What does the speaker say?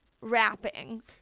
rapping